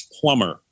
plumber